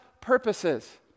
purposes